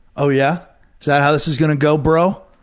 oh yeah, is that how this is gonna go, bro?